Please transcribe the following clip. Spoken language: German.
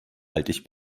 alt